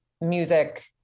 music